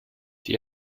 die